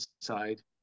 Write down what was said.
side